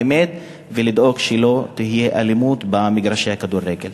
באמת יש לדאוג שלא תהיה אלימות במגרשי הכדורגל.